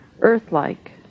earth-like